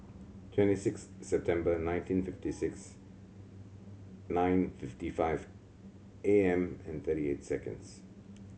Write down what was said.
twenty six September nineteen fifty six nine fifty five A M and thirty eight seconds